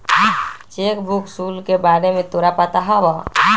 Cheque book शुल्क के बारे में तोरा पता हवा?